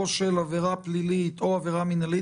או של עבירה פלילית או מנהלית,